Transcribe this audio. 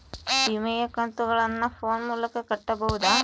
ವಿಮೆಯ ಕಂತುಗಳನ್ನ ಫೋನ್ ಮೂಲಕ ಕಟ್ಟಬಹುದಾ?